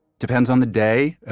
depends on the day,